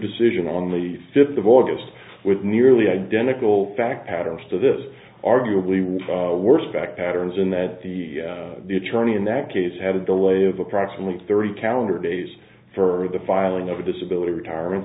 decision on the fifth of august with nearly identical fact patterns to this arguably worse back patterns in that the attorney in that case had a delay of approximately thirty calendar days for the filing of a disability retirement